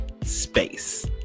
space